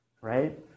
right